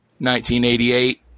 1988